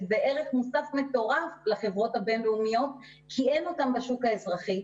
וערך מוסף מטורף לחברות הבין-לאומיות כי אין אותן בשוק האזרחי,